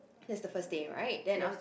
that's the first day right then